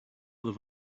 other